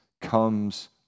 comes